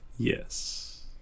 Yes